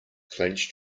clenched